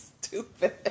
Stupid